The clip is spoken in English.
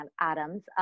Adams